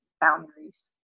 boundaries